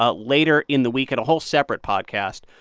ah later in the week in a whole separate podcast.